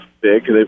big